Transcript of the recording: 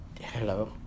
Hello